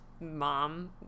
Mom